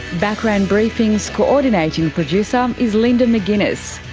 background briefing's co-ordinating producer um is linda mcginness,